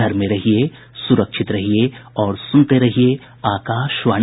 घर में रहिये सुरक्षित रहिये और सुनते रहिये आकाशवाणी